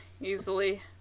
easily